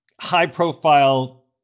high-profile